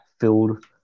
filled